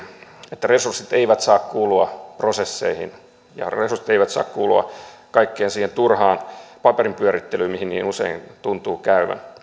että resurssit eivät saa kulua prosesseihin ja resurssit eivät saa kulua kaikkeen siihen turhaan paperinpyörittelyyn kuten niin usein tuntuu käyvän